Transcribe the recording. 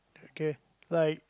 okay like